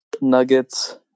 Nuggets